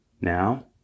now